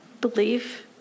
belief